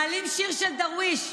מעלים שיר של דרוויש,